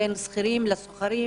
בין שכירים לסוחרים.